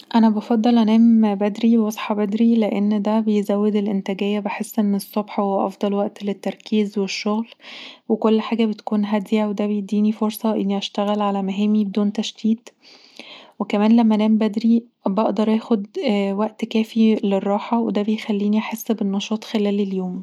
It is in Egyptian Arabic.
انا بفضل انام بدري واصحي بدري لان دا بيزود الانتاجيه بحس إن الصبح هو أفضل وقت للتركيز والشغل كل حاجة بتكون هادية، وده بيديني فرصة إني أشتغل على مهامي بدون تشتيت، وكمان لما بنام بدري، بقدر أخد وقت كافي للراحة، وده بيخليني أحس بالنشاط خلال اليوم.